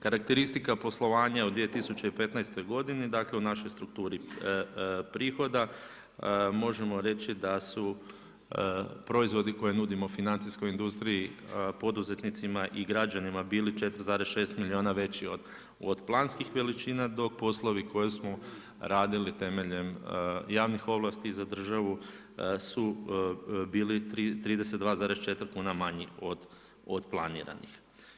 Karakteristika poslovanja u 2015. godini, dakle u našoj strukturi prihoda, možemo reći da su proizvodi koje nudimo u financijskoj industriji, poduzetnicima i građanima bili 4,6 milijuna veći od planskih veličina, do poslova koje smo radili temeljem javnih ovlasti i za državu su bili 32,4 kune manje od planiranih.